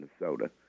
Minnesota